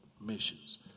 missions